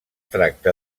tracta